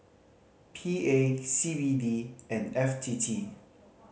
P A C B D and F T T